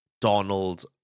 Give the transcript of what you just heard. Donald